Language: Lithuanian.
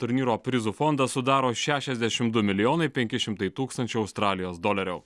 turnyro prizų fondą sudaro šešiasdešim du milijonai penki šimtai tūkstančių australijos dolerių